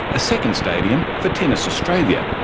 a second stadium for tennis australia,